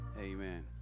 Amen